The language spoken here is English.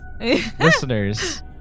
Listeners